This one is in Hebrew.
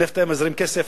הנפט היה מזרים כסף,